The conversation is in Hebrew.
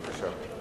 בבקשה.